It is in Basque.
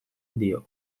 dio